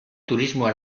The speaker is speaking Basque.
turismoa